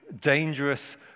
dangerous